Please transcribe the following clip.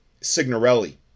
Signorelli